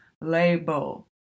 label